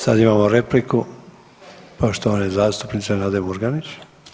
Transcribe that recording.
Sad imamo repliku poštovane zastupnice Nade Murganić.